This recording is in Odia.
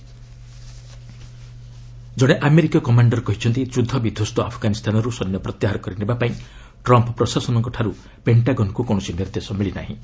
ୟୁଏସ୍ ଆଫଗାନ ଟ୍ରପ୍ସ ଜଣେ ଆମେରିକୀୟ କମାଣ୍ଡର କହିଛନ୍ତି ଯୁଦ୍ଧବିଧ୍ୱଂସ୍ତ ଆଫଗାନିସ୍ଥାନରୁ ସୈନ୍ୟ ପ୍ରତ୍ୟାହାର କରିନେବାପାଇଁ ଟ୍ରମ୍ପ ପ୍ରଶାସନଙ୍କ ଠାରୁ ପେଣ୍ଟାଗନକୁ କୌଣସି ନିର୍ଦ୍ଦେଶ ମିଳିନାହିଁ